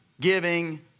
giving